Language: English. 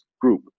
group